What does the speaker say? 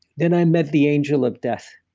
then i met the angel of death.